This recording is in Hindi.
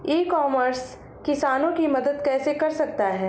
ई कॉमर्स किसानों की मदद कैसे कर सकता है?